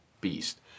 beast